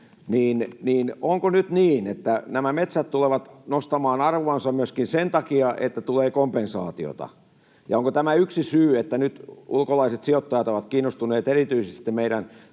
onko nyt niin, että nämä metsät tulevat nostamaan arvoansa myöskin sen takia, että tulee kompensaatiota? Onko tämä yksi syy siihen, että nyt ulkolaiset sijoittajat ovat kiinnostuneet erityisesti meidän